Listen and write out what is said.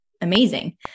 amazing